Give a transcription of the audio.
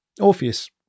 Orpheus